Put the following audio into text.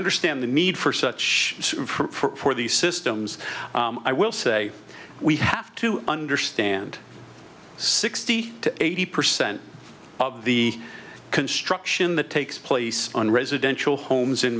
understand the need for such for these systems i will say we have to understand sixty to eighty percent of the construction that takes place on residential homes in